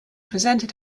presented